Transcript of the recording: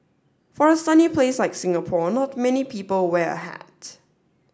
for a sunny place like Singapore not many people wear a hat